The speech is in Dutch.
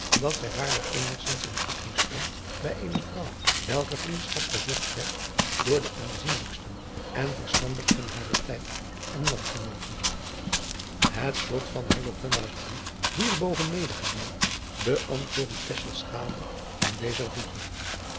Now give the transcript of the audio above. dat zij waarlijk eenigzins in achting stond bij eene vrouw welker vriendschap gezocht werd door de aanzienlijksten en verstandigsten harer tijd en landgenooten het slot van hillegonda's brief hier boven medegedeeld beantwoordde tesselschade in dezer voege